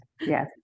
Yes